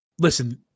Listen